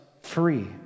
free